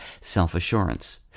self-assurance